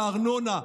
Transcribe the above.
הארנונה,